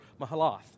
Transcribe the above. Mahalath